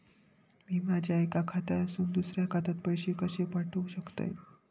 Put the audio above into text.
मी माझ्या एक्या खात्यासून दुसऱ्या खात्यात पैसे कशे पाठउक शकतय?